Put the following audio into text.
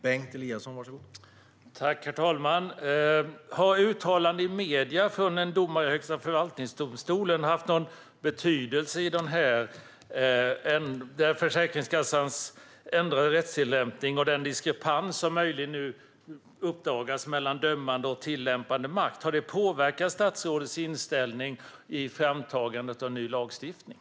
Herr talman! Har uttalanden i medierna från en domare i Högsta förvaltningsdomstolen haft någon betydelse för Försäkringskassans ändrade rättstillämpning och den diskrepans som nu möjligen uppdagats mellan dömande och tillämpande makt? Har det påverkat statsrådets inställning i framtagandet av ny lagstiftning?